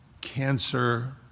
cancer